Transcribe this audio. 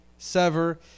Sever